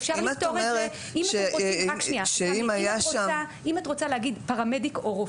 אם את אומרת שאם היה שם -- אם את רוצה להגיד פרמדיק או רופא,